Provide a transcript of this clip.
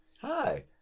Hi